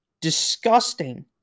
disgusting